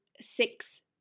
six